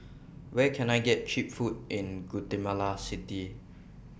Where Can I get Cheap Food in Guatemala City